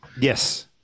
Yes